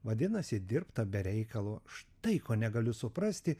vadinasi dirbta be reikalo štai ko negaliu suprasti